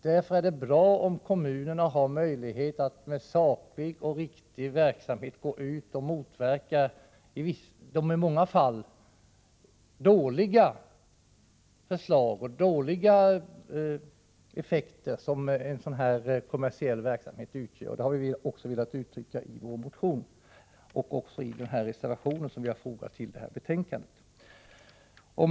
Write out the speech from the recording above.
Därför är det bra om kommunerna har möjlighet att med saklig och riktig verksamhet motverka de i många fall dåliga effekter som en sådan här kommersiell verksamhet har. Det har vi också velat uttrycka i vår motion och i den reservation vi fogat till betänkandet. Herr talman!